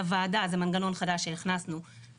לוועדה זה מנגנון חדש שהכנסנו,